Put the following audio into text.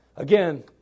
Again